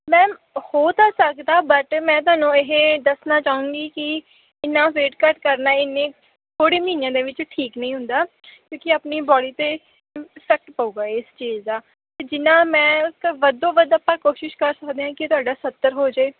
ma'am ਹੋ ਤਾਂ ਸਕਦਾ ਬਟ ਮੈਂ ਤੁਹਾਨੂੰ ਇਹ ਦੱਸਣਾ ਚਾਹੂੰਗੀ ਕਿ ਇੰਨਾ ਵੇਟ ਘੱਟ ਕਰਨਾ ਇੰਨੇ ਥੋੜ੍ਹੇ ਮਹੀਨਿਆਂ ਦੇ ਵਿੱਚ ਠੀਕ ਨਹੀਂ ਹੁੰਦਾ ਕਿਉਂਕਿ ਆਪਣੀ ਬਾਡੀ 'ਤੇ ਇਫ਼ੇਕ੍ਟ ਪਵੇਗਾ ਇਸ ਚੀਜ਼ ਦਾ ਅਤੇ ਜਿੰਨਾ ਮੈਂ ਉਸ ਤੋਂ ਵੱਧੋ ਵੱਧ ਆਪਾਂ ਕੋਸ਼ਿਸ਼ ਕਰ ਸਕਦੇ ਹਾਂ ਕਿ ਤੁਹਾਡਾ ਸੱਤਰ ਹੋ ਜਾਵੇ